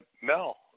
Mel